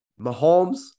Mahomes